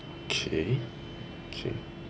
okay okay